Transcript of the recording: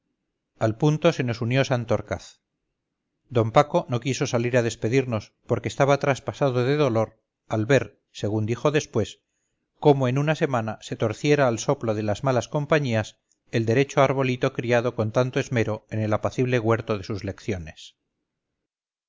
al punto se nos unió santorcaz d paco no quiso salir a despedirnos porque estaba traspasado de dolor al ver según dijo después cómo en una semana se torciera al soplo de las malas compañías el derecho arbolito criado con tanto esmero en el apacible huerto de sus lecciones